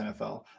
NFL